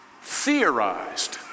theorized